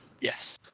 yes